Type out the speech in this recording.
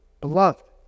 beloved